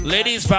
Ladies